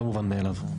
לא מובן מאליו.